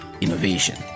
innovation